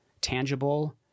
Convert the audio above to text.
tangible